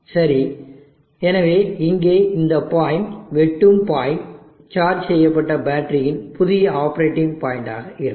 சரி எனவே இங்கே இந்த பாயிண்ட் வெட்டும் பாயிண்ட் சார்ஜ் செய்யப்பட்ட பேட்டரியின் புதிய ஆப்பரேட்டிங் பாயிண்டாக இருக்கும்